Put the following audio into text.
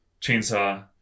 Chainsaw